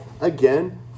again